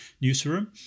newsroom